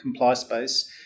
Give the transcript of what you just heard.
ComplySpace